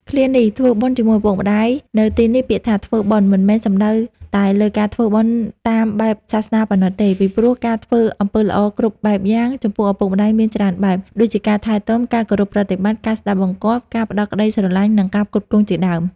ឃ្លាថា ធ្វើបុណ្យជាមួយឪពុកម្តាយ នៅទីនេះពាក្យថា ធ្វើបុណ្យ មិនមែនសំដៅតែលើការធ្វើបុណ្យតាមបែបសាសនាប៉ុណ្ណោះទេ ពីព្រោះការធ្វើអំពើល្អគ្រប់បែបយ៉ាងចំពោះឪពុកម្តាយមានច្រើនបែប ដូចជាការថែទាំ ការគោរពប្រតិបត្តិ ការស្តាប់បង្គាប់ ការផ្តល់ក្តីស្រឡាញ់ និងការផ្គត់ផ្គង់ជាដើម។